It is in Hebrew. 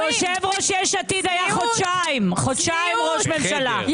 יושב ראש יש עתיד היה חודשיים ראש ממשלה.